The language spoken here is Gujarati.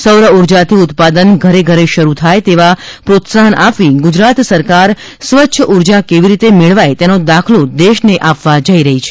સૌર ઊર્જાનું ઉત્પાદન ઘરે ઘરે શરૂ થાય તેવા પ્રોત્સાહન આપી ગુજરાત સરકાર સ્વચ્છ ઊર્જા કેવી રીતે મેળવાય તેનો દાખલો દેશને આપવા જઈ રહી છે